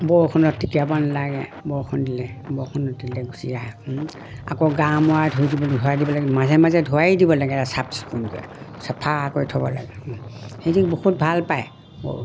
বৰষুণত তিয়াব নালাগে বৰষুণ দিলে বৰষুণত দিলে গুচি আহে আকৌ গা মৰা ধুই দিব ধৰাই দিব লাগে মাজে মাজে ধুৱাই দিব লাগে আৰু চাফ চিকুণকৈ চাফা কৰি থ'ব লাগে সিহঁতি বহুত ভাল পায় প